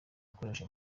gukoresha